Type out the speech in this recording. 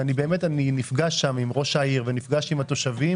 אני נפגש שם עם ראש העיר, נפגש עם התושבים.